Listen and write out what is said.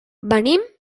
venim